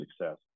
success